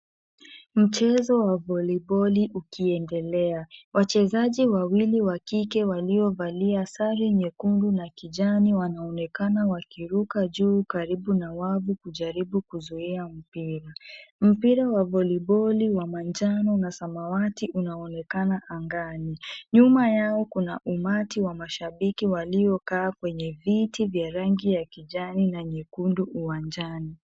Mchezo wa voliboli ukiendelea. Wachezaji wawili wa kike waliovalia sare nyekundu na kijani wanaonekana wakiruka juu karibu na wavu kujaribu kuzuia mpira. Mpira wa voliboli wa manjano na samawati unaonekana angani. Nyuma yao kuna umati wa mashabiki waliokaa kwenye viti vya rangi ya kijani na nyekundu uwanjani.